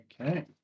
okay